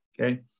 Okay